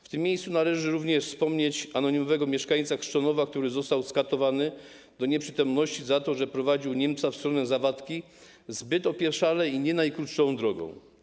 W tym miejscu należy również wspomnieć anonimowego mieszkańca Krzczonowa, który został skatowany do nieprzytomności za to, że prowadził Niemca w stronę Zawadki zbyt opieszale i nie najkrótszą drogą.